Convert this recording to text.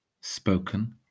spoken